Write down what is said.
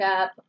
up